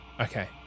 Okay